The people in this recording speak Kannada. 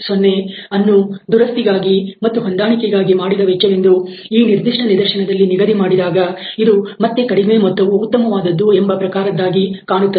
40 ಅನ್ನು ದುರಸ್ತಿಗಾಗಿ ಮತ್ತು ಹೊಂದಾಣಿಕೆಗಾಗಿ ಮಾಡಿದ ವೆಚ್ಚವೆಂದು ಈ ನಿರ್ದಿಷ್ಟ ನಿದರ್ಶನದಲ್ಲಿ ನಾವು ನಿಗದಿ ಮಾಡಿದಾಗ ಇದು ಮತ್ತೆ ಕಡಿಮೆ ಮೊತ್ತವು ಉತ್ತಮವಾದದ್ದು ಎಂಬ ಪ್ರಕಾರದ್ದಾಗಿ ಕಾಣುತ್ತದೆ